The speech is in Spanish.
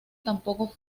tampoco